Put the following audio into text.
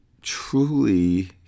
truly